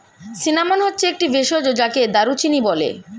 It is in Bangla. সিনামন হচ্ছে একটি ভেষজ যাকে দারুচিনি বলে